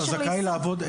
לקבל אותם.